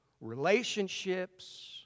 relationships